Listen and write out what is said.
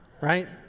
right